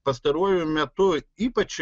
pastaruoju metu ypač